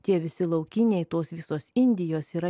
tie visi laukiniai tos visos indijos yra